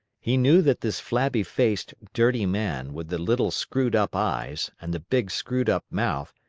he knew that this flabby-faced, dirty man, with the little screwed-up eyes, and the big screwed-up mouth,